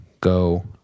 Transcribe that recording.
go